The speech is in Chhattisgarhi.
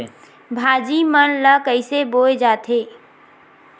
भाजी मन ला कइसे बोए जाथे?